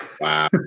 wow